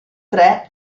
tre